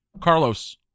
Carlos